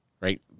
right